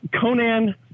Conan